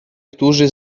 którzy